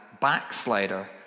backslider